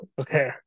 Okay